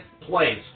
place